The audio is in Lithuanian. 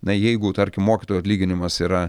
na jeigu tarkim mokytojo atlyginimas yra